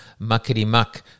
muckety-muck